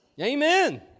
Amen